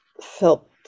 felt